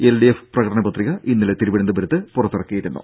L D F പ്രകടന പത്രിക ഇന്നലെ തിരുവനന്തപുരത്ത് പുറത്തിറക്കിയിരുന്നു